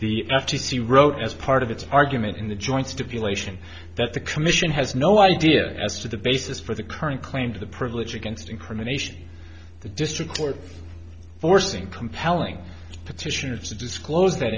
the f t c wrote as part of its argument in the joint stipulation that the commission has no idea as to the basis for the current claim to the privilege against incrimination the district court forcing compelling petitioners to disclose that